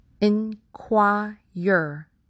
inquire